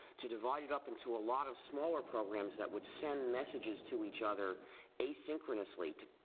to divide it up into a lot of smaller programs that would send messages to each other asynchronously to,